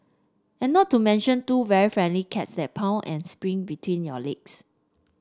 and not to mention two very friendly cats that purr and sprint between your legs